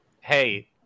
hey